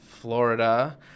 Florida